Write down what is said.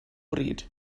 bryd